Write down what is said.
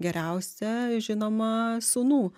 geriausia žinoma sūnų